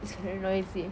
it's very noisy